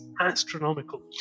astronomical